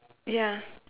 ya